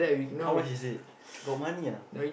how much is it got money ah